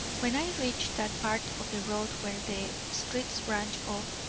when i reached that part of the road where the streets branch off,